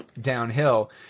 downhill